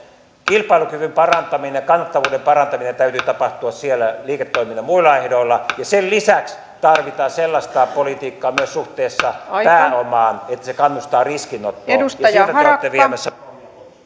kilpailukyvyn parantamisen ja kannattavuuden parantamisen täytyy tapahtua siellä liiketoiminnan muilla ehdoilla ja sen lisäksi tarvitaan sellaista politiikkaa myös suhteessa pääomaan että se kannustaa riskinottoon ja siltä te olette viemässä